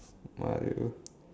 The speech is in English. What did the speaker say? uh you